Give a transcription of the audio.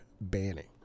banning